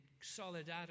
solidarity